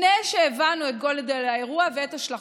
לפני שהבנו את גודל האירוע ואת השלכותיו.